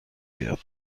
بیاد